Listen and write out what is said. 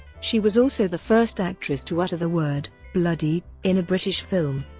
she was also the first actress to utter the word bloody in a british film,